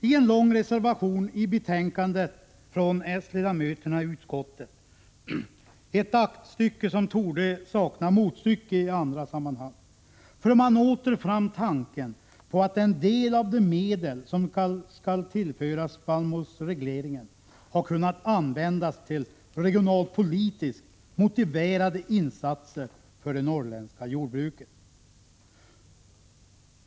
I en lång reservation i betänkandet från s-ledamöterna i utskottet, ett aktstycke som torde sakna motstycke i andra sammanhang, för man åter fram tanken på att en del av de medel som skall tillföras spannmålsregleringen har kunnat användas till regionalpolitiskt motiverade insatser för det norrländska jordbruket.